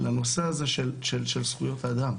לנושא הזה של זכויות אדם,